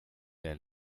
and